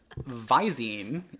visine